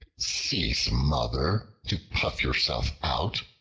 cease, mother, to puff yourself out,